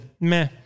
meh